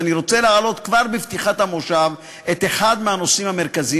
ואני רוצה להעלות כבר בפתיחת המושב את אחד הנושאים המרכזיים